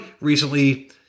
recently